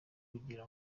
kugira